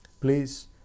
Please